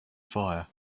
fire